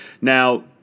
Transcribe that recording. Now